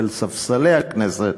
אל ספסלי הכנסת,